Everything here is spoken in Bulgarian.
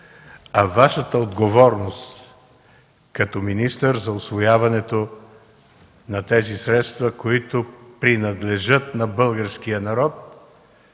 а Вашата отговорност като министър за усвояването на тези средства, които принадлежат на българския народ.